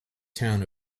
town